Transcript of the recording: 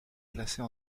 classée